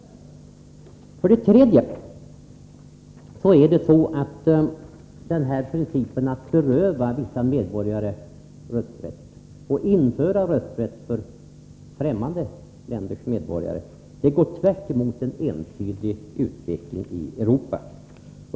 För det tredje finner jag att principen att vissa medborgare skall berövas rösträtt medan rösträtt skall införas för främmande länders medborgare går tvärtemot en entydig utveckling i Europa.